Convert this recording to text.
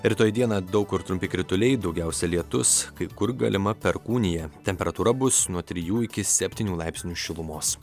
rytoj dieną daug kur trumpi krituliai daugiausia lietus kai kur galima perkūnija temperatūra bus nuo trijų iki septynių laipsnių šilumos